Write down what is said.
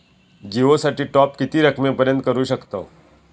जिओ साठी टॉप किती रकमेपर्यंत करू शकतव?